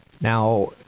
Now